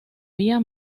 vía